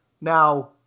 Now